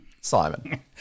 Simon